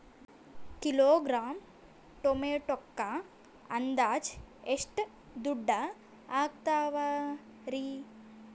Kilogram ಟೊಮೆಟೊಕ್ಕ ಅಂದಾಜ್ ಎಷ್ಟ ದುಡ್ಡ ಅಗತವರಿ?